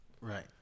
Right